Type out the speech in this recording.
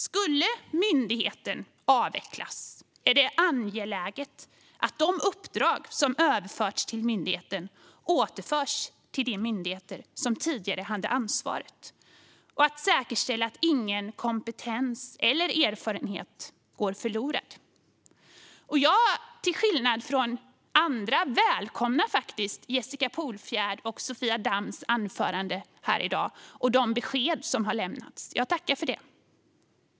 Om myndigheten skulle avvecklas är det angeläget att de uppdrag som har överförts till myndigheten återförs till de myndigheter som tidigare hade ansvaret. Man måste också säkerställa att ingen kompetens eller erfarenhet går förlorad. Till skillnad från andra välkomnar jag Jessica Polfjärds och Sofia Damms anföranden här i dag och de besked som har lämnats. Jag tackar för det.